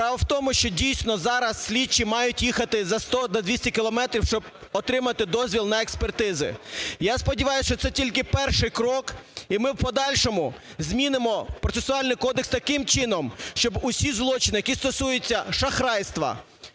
Справа в тому, що, дійсно, зараз слідчі мають їхати за 100-200 кілометрів, щоб отримати дозвіл на експертизи. Я сподіваюся, що це тільки перший крок, і ми в подальшому змінимо Процесуальний кодекс таким чином, щоб усі злочини, які стосуються шахрайства,